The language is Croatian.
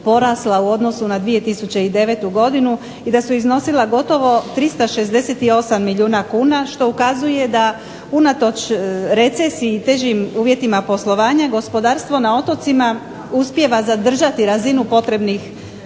u odnosu na 2009. godinu i da su iznosila gotovo 368 milijuna kuna što ukazuje da unatoč recesiji i težim uvjetima poslovanja gospodarstvo na otocima uspijeva zadržati razinu potrebnih